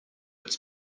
its